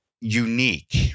unique